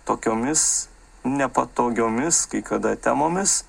tokiomis nepatogiomis kai kada temomis